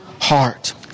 heart